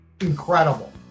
incredible